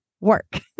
work